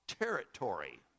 territory